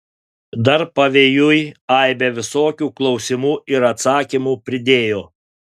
dar pavėjui aibę visokių klausimų ir atsakymų pridėjo